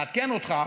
לעדכן אותך